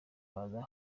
baza